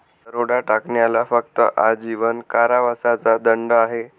दरोडा टाकण्याला फक्त आजीवन कारावासाचा दंड आहे